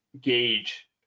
gauge